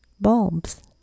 bulbs